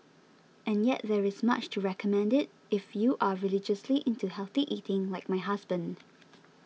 and yet there is much to recommend it if you are religiously into healthy eating like my husband